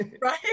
right